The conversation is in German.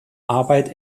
arbeit